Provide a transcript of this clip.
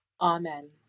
amen